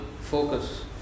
focus